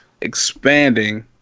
expanding